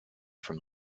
from